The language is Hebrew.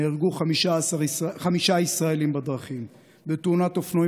נהרגו חמישה ישראלים בדרכים: בתאונת אופנועים